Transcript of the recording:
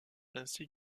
ainsi